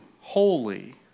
holy